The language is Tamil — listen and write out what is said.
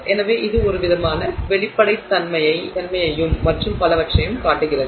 எனவே இது ஒருவித வெளிப்படைத்தன்மையையும் மற்றும் பலவற்றையும் காட்டுகிறது